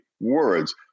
words